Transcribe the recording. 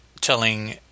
telling